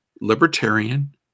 libertarian